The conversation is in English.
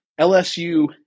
LSU